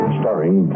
starring